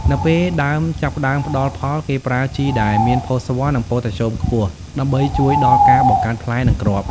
នៅពេលដើមចាប់ផ្តើមផ្តល់ផល គេប្រើជីដែលមានផូស្វ័រ និងប៉ូតាស្យូមខ្ពស់ ដើម្បីជួយដល់ការបង្កើតផ្លែ និងគ្រាប់